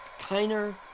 Kiner